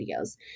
videos